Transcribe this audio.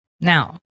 Now